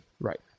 Right